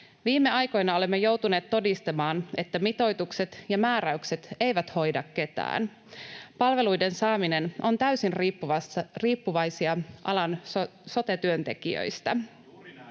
Viime aikoina olemme joutuneet todistamaan, että mitoitukset ja määräykset eivät hoida ketään. Palveluiden saaminen on täysin riippuvainen alan sote-työntekijöistä.